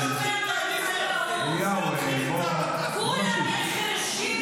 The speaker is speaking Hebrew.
אליהו, בואו נמשיך.